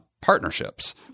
partnerships